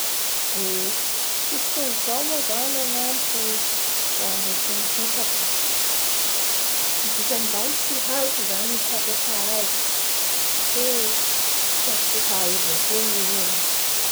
Eee fitsongo zao moa zay agnamiko zany raha mbo tsy nihitako; dikan'izay tsy haiko zany fampiasa azy fe tiako hohay avao koa any i io.